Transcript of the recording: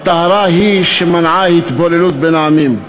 הטהרה היא שמנעה התבוללות בין העמים.